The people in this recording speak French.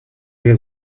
les